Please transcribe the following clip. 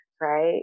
right